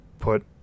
put